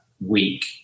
week